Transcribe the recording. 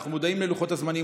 אנחנו מודעים ללוחות הזמנים,